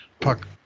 puck